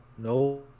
No